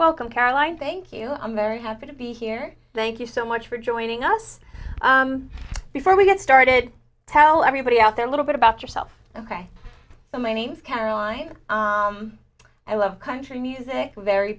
welcome caroline thank you i'm very happy to be here thank you so much for joining us before we get started tell everybody out there a little bit about yourself ok so many caroline i love country music very